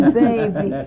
baby